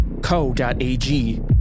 co.ag